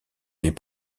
les